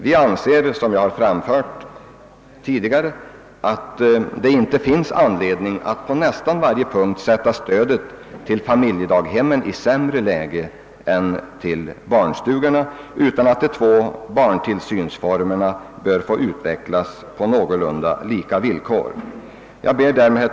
Vi anser, som jag tidigare framhållit, att det inte finns anledning att på nästan varje punkt sätta stödet till familjedaghemmen i sämre läge än stödet till barnstugorna utan att de två barntillsynsformerna bör få utvecklas på någorlunda lika villkor. Herr talman!